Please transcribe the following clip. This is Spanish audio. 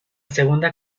segunda